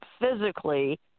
physically